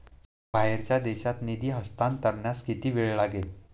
बाहेरच्या देशात निधी हस्तांतरणास किती वेळ लागेल?